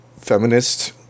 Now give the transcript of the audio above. feminist